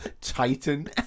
Titan